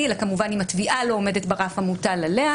אלא כמובן אם התביעה לא עומדת ברף המוטל עליה,